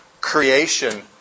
creation